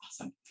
awesome